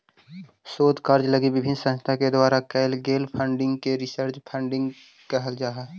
शोध कार्य लगी विभिन्न संस्था के द्वारा कैल गेल फंडिंग के रिसर्च फंडिंग कहल जा हई